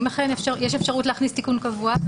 אם אכן יש אפשרות להכניס תיקון קבוע,